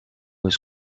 was